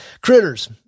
critters